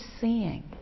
seeing